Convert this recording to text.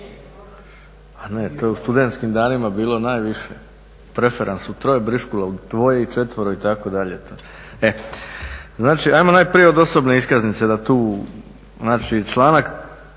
a ne to je u studentskim danima bilo najviše. Preferans u troje, briškule u dvoje, četvero itd. E znači hajmo najprije od osobne iskaznice da tu. Znači